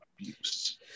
abuse